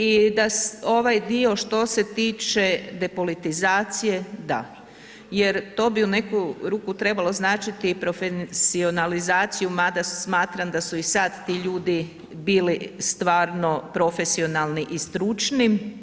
I da ovaj dio što se tiče depolitizacije, da, jer to bi u neku ruku trebalo značiti i profesionalizaciju mada smatram da su i sad ti ljudi bili stvarno profesionalni i stručni.